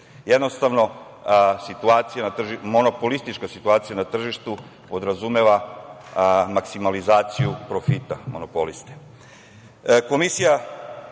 Jednostavno, monopolistička situacija na tržištu podrazumeva maksimalizaciju profita monopoliste. Komisija